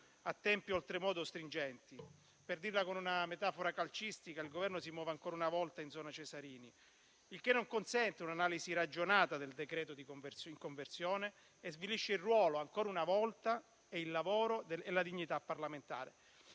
a tempi oltremodo stringenti. Per dirla con una metafora calcistica, il Governo si muove ancora una volta in zona Cesarini, il che non consente un'analisi ragionata del decreto-legge in conversione e svilisce, ancora una volta, il ruolo, il lavoro e la dignità parlamentare.